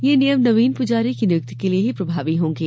यह नियम नवीन पुजारी की नियुक्ति के लिए ही प्रभावी होंगे